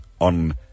on